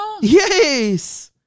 Yes